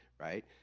right